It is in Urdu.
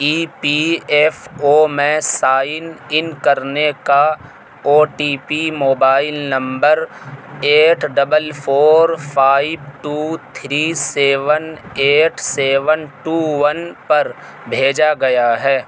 ای پی ایف او میں سائن ان کرنے کا O T P mobile number eight double four five two three seven eight seven two one پر بھیجا گیا ہے